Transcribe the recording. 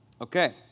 Okay